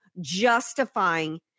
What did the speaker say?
justifying